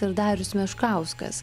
ir darius meškauskas